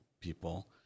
people